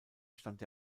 stand